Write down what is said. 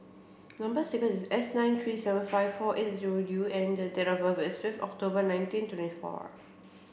number sequence is S nine three seven five four eight zero U and the date of birth is fifth October nineteen twenty four